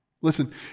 Listen